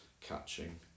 catching